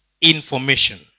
information